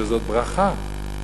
שזאת ברכה,